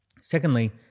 Secondly